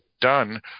done